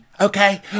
okay